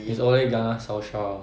it's ole gunnar solskjaer